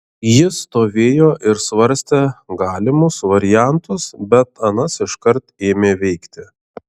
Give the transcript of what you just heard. jis stovėjo ir svarstė galimus variantus bet anas iškart ėmė veikti